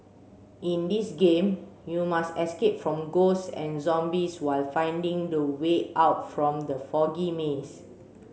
in this game you must escape from ghosts and zombies while finding the way out from the foggy maze